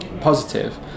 positive